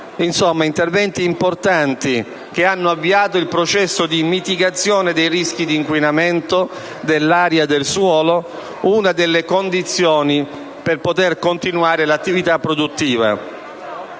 insomma, di interventi importanti che hanno avviato il processo di mitigazione dei rischi di inquinamento dell'aria e del suolo, una delle condizioni per poter continuare l'attività produttiva,